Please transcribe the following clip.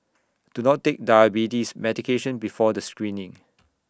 do not take diabetes medication before the screening